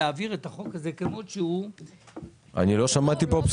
להעביר את החוק כזה כמו שהוא --- אני לא שמעתי פה.